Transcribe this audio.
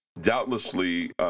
doubtlessly